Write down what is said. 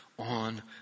on